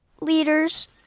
leaders